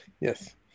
Yes